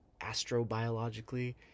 astrobiologically